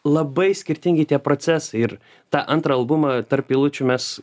labai skirtingi tie procesai ir tą antrą albumą tarp eilučių mes